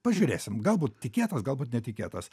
pažiūrėsim galbūt tikėtas galbūt netikėtas